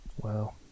Wow